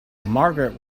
margaret